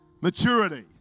Maturity